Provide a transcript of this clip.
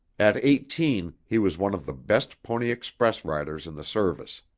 at eighteen, he was one of the best pony express riders in the service.